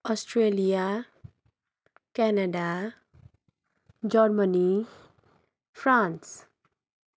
Australia Canada Germany France